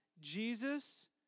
Jesus